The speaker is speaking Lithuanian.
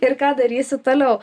ir ką darysi toliau